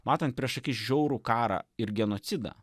matant prieš akis žiaurų karą ir genocidą